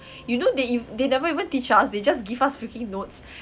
you know they e~ they never even teach us they just give us freaking notes